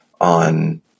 on